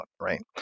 right